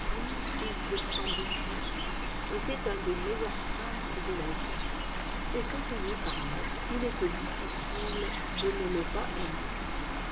fils de sanbusna était un des meilleurs princes de l'asie et quand on lui parlait il était difficile de ne le pas aimer